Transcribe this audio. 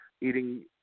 eating